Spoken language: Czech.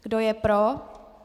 Kdo je pro?